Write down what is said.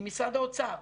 עם משרד האוצר.